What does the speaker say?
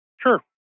sure